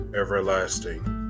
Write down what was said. everlasting